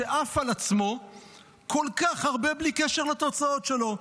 שעף על עצמו כל כך הרבה בלי קשר לתוצאות שלו.